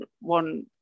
one